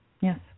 Yes